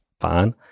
fine